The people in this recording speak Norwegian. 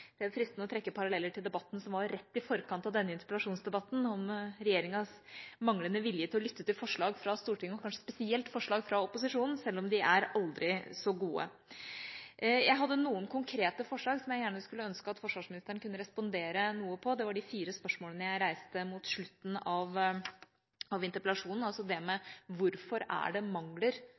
Det er fristende å trekke paralleller til debatten som var rett i forkant av denne interpellasjonsdebatten, om regjeringas manglende vilje til å lytte til forslag fra Stortinget, og kanskje spesielt forslag fra opposisjonen, selv om de er aldri så gode. Jeg hadde noen konkrete forslag som jeg skulle ønske at forsvarsministeren kunne respondere noe på. Det var de fire spørsmålene jeg reiste mot slutten av interpellasjonen: Hvorfor er det mangler når det gjelder penger til vedlikehold? Det